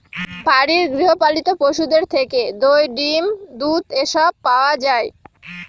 বাড়ির গৃহ পালিত পশুদের থেকে দই, ডিম, দুধ এসব পাওয়া যায়